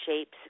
shapes